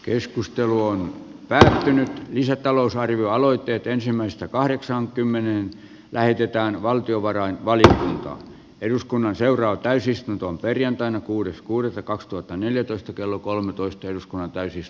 keskustelu on väsähtänyt lisätalousarvioaloitteet ensimmäistä kahdeksan kymmenen lähetetään valtiovarain valita eduskunnan seuraa täysistuntoon perjantaina kuudes kuudetta kaksituhattaneljätoista kello kolmetoista siinä työllistettäisiin satoja henkilötyövuosia